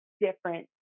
different